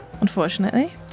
Unfortunately